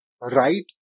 right